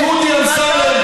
בגלל דודי אמסלם,